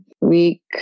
week